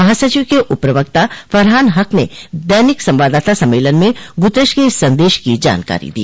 महासचिव के उप प्रवक्ता फरहान हक ने दैनिक संवाददाता सम्मेलन में गुतरश के इस संदेश की जानकारी दी